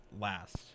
last